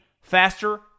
faster